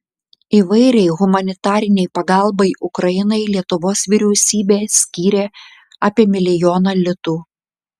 įvairiai humanitarinei pagalbai ukrainai lietuvos vyriausybė skyrė apie milijoną litų